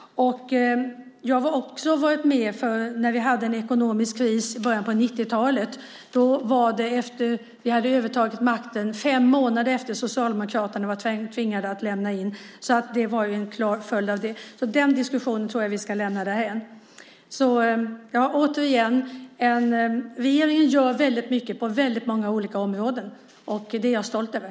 Jag var också med under den ekonomiska krisen i början av 90-talet. Det var fem månader efter det att Socialdemokraterna var tvingade att lämna in och vi övertog makten. Det var en klar följd av detta. Den diskussionen ska vi lämna därhän. Jag upprepar återigen att regeringen gör mycket på många olika områden. Det är jag stolt över.